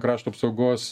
krašto apsaugos